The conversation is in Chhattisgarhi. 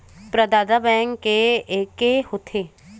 प्रदाता बैंक के एके होथे?